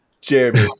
Jeremy